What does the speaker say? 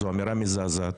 זו אמירה מזעזעת,